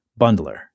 bundler